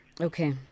Okay